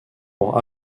pour